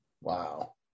Wow